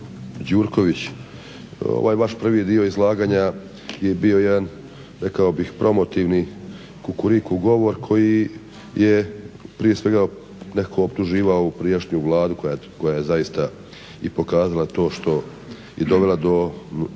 Gjurković, ovaj vaš prvi dio izlaganja je bio jedan promotivni kukuriku govor koji je prije svega optuživao ovu prijašnju Vladu koja je zaista i pokazala to što je dovela do ovoga